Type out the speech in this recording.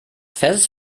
fest